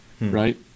right